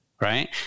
right